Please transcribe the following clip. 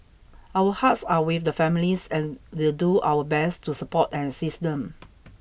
our hearts are with the families and will do our best to support and assist them